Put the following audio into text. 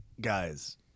Guys